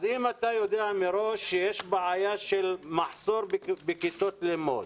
אם אתה מראש יודע שיש בעיה ומחסור בכיתות לימוד